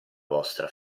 vostra